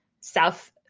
South